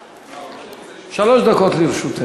שלוש דקות לרשותך.